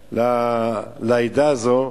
לתת לעדה הזאת.